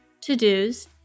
to-dos